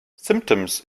symptoms